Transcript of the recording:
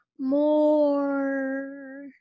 More